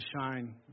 shine